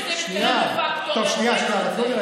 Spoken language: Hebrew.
כי הם הבינו שזה מתקרב לפקטור והם הורידו את זה.